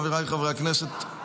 חבריי חברי הכנסת,